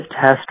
test